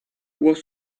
was